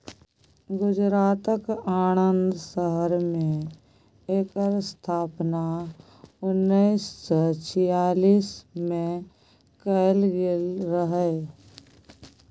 गुजरातक आणंद शहर मे एकर स्थापना उन्नैस सय छियालीस मे कएल गेल रहय